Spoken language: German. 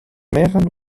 mehreren